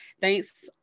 thanks